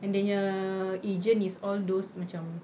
and dia punya agent is all those macam